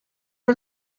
are